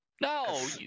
No